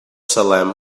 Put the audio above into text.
salem